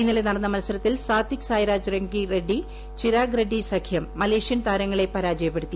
ഇന്നലെ നടന്ന മത്സരത്തിൽ സാത്വിക് സായ്രാജ് രംഗി റെഡ്ഡി ചിരാഗ് റെഡ്റി സഖ്യം മലേഷ്യൻ താരങ്ങളെ പരാജയപ്പെടുത്തി